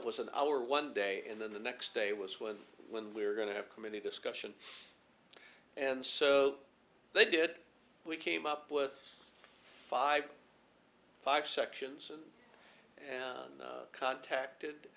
it was an hour one day and then the next day was one when we're going to have committee discussion and so they did we came up with five five sections and contacted